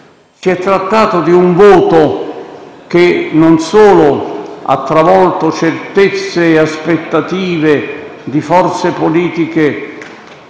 Si è trattato di un voto che non solo ha travolto certezze e aspettative di forze politiche